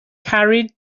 carried